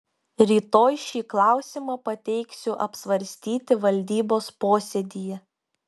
rytoj šį klausimą pateiksiu apsvarstyti valdybos posėdyje